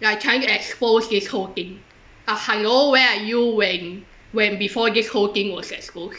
like trying to expose these whole thing ah hello where are you when when before these whole thing was expose